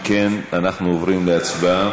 אם כן, אנחנו עוברים להצבעה,